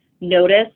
notice